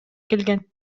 келген